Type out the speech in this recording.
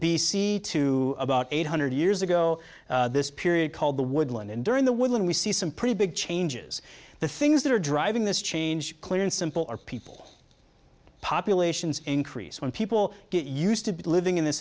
c to about eight hundred years ago this period called the woodland and during the woodland we see some pretty big changes the things that are driving this change clear and simple are people populations increase when people get used to living in this